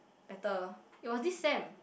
better it was this sem